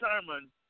determine